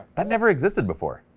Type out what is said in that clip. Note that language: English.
i've never existed before,